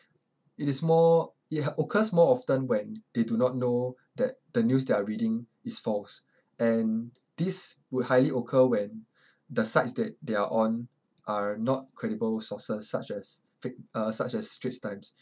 it is more it h~ occurs more often when they do not know that the news they are reading is false and this will highly occur when the sites that they are on are not credible sources such as fake uh such as straits times